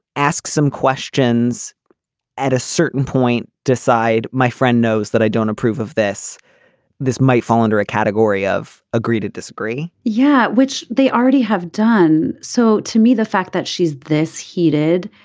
ask some questions at a certain point. decide. my friend knows that i don't approve of this this might fall under a category of agree to disagree yeah. which they already have done. so to me the fact that she's this heated